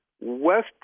West